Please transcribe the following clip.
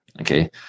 Okay